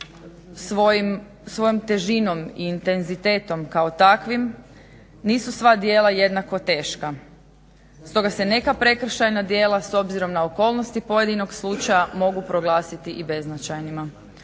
svojom težinom i intenzitetom kao takvim nisu sva djela jednako teška. Stoga se neka prekršajna djela s obzirom na okolnosti pojedinog slučaja mogu proglasiti i beznačajnima.